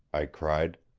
i cried.